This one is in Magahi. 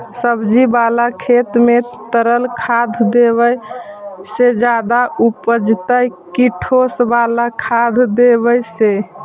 सब्जी बाला खेत में तरल खाद देवे से ज्यादा उपजतै कि ठोस वाला खाद देवे से?